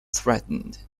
threatened